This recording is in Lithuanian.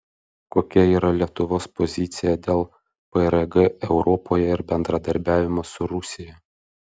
kokia yra lietuvos pozicija dėl prg europoje ir bendradarbiavimo su rusija